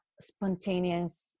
spontaneous